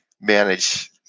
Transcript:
manage